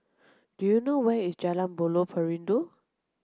do you know where is Jalan Buloh Perindu